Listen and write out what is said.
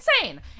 insane